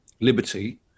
liberty